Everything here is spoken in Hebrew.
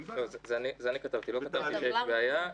לא כתבתי שיש בעיה,